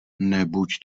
nebuď